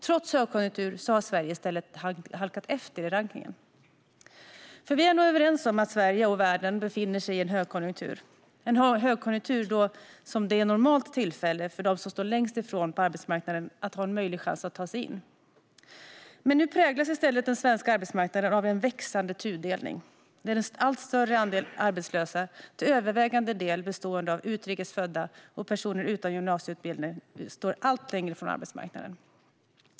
Trots högkonjunktur har Sverige i stället halkat efter i rankningen. Vi är nog överens om att Sverige och världen befinner sig i en högkonjunktur. En högkonjunktur är normalt ett tillfälle då de som står längst från arbetsmarknaden har en möjlighet att ta sig in på den. Men nu präglas i stället den svenska arbetsmarknaden av en växande tudelning. En allt större andel arbetslösa, till övervägande del bestående av utrikes födda och personer utan gymnasieutbildning, står allt längre från arbetsmarknaden.